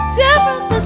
different